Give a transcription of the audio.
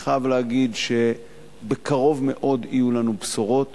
אני חייב להגיד שבקרוב מאוד יהיו לנו בשורות.